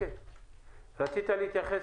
רצית להתייחס?